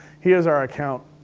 he is our account,